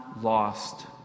lost